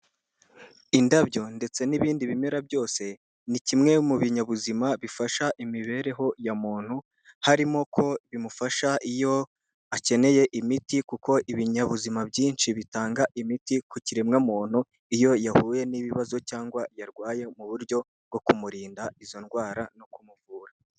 Indabyo ndetse n'ibindi bimera byose, ni kimwe mu binyabuzima bifasha imibereho ya muntu, harimo ko bimufasha iyo akeneye imiti kuko ibinyabuzima byinshi bitanga imiti ku kiremwamuntu iyo yahuye n'ibibazo cyangwa yarwaye mu buryo bwo kumurinda izo ndwara no kumuvura.